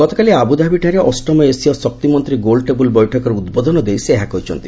ଗତକାଳି ଆବୁଧାବିଠାରେ ଅଷ୍ଟମ ଏସୀୟ ଶକ୍ତିମନ୍ତ୍ରୀ ଗୋଲ୍ ଟେବୁଲ୍ ବୈଠକରେ ଉଦ୍ବୋଧନ ଦେଇ ସେ ଏହା କହିଛନ୍ତି